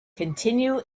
continue